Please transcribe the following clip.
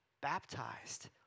baptized